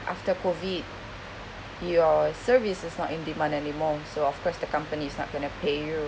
after COVID your service is not in demand anymore so of course the company is not going to pay you